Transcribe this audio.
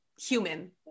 human